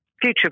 future